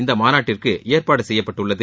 இந்த மாநாட்டிற்கு ஏற்பாடு செய்யப்பட்டுள்ளது